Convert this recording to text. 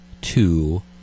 two